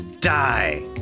Die